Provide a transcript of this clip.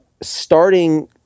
starting